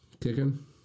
Kicking